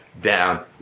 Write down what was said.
Down